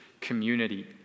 community